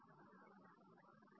Refer Slide Time 15